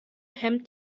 hemmt